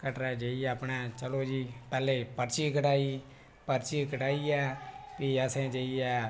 कटरा जाइयै अपने चलो जी पर्ची कटाई पर्ची कटाइयै फ्ही असें जाइयै